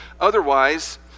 Otherwise